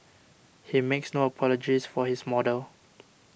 he makes no apologies for his model